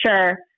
sure